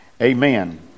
amen